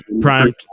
prime